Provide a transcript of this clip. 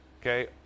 okay